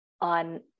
on